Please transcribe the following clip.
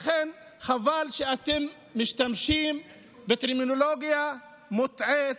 לכן, חבל שאתם משתמשים בטרמינולוגיה מוטעית,